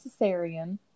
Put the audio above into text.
cesarean